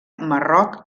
marroc